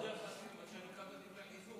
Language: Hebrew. אני מאוד מודה לך שאני מקבל לדבריי חיזוק.